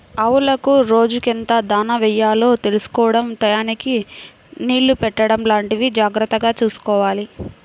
ఆవులకు రోజుకెంత దాణా యెయ్యాలో తెలుసుకోడం టైయ్యానికి నీళ్ళు పెట్టడం లాంటివి జాగర్తగా చూసుకోవాలి